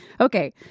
Okay